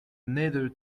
neither